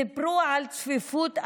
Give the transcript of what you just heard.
סיפרו על צפיפות איומה,